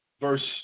verse